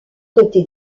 côté